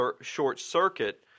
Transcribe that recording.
short-circuit